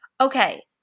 okay